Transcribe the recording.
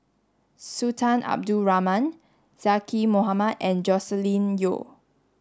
Sultan Abdul Rahman Zaqy Mohamad and Joscelin Yeo